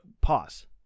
Pause